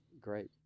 great